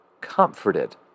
comforted